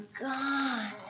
gone